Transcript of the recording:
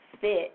fit